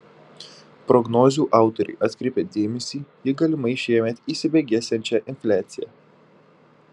prognozių autoriai atkreipia dėmesį į galimai šiemet įsibėgėsiančią infliaciją